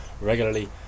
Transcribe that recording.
regularly